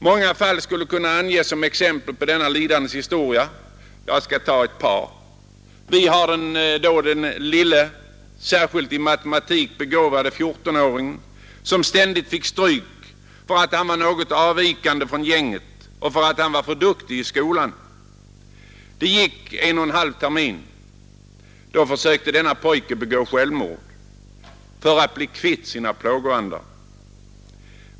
Många fall skulle kunna anges som exempel på detta lidande. Jag skall ta ett par. Vi har den lille, särskilt i matematik begåvade 14-åringen, som ständigt fick stryk för att han var något avvikande från gänget och för att han var för duktig i skolan. Det gick en och en halv termin, då försökte pojken begå självmord för att bli kvitt sina plågoandar.